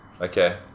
Okay